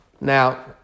Now